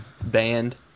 band